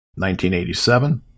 1987